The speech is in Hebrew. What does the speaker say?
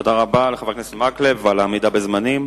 תודה רבה לחבר הכנסת מקלב, ועל העמידה בזמנים.